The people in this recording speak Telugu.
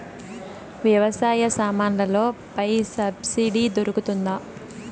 వ్యవసాయ సామాన్లలో పై సబ్సిడి దొరుకుతుందా?